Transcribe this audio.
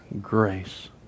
grace